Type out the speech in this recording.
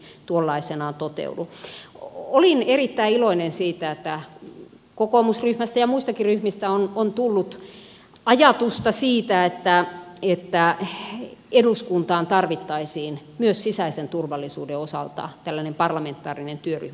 olin erittäin iloinen siitä että kokoomusryhmästä ja muistakin ryhmistä on tullut ajatusta siitä että eduskuntaan tarvittaisiin myös sisäisen turvallisuuden osalta tällainen parlamentaarinen työryhmä